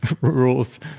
rules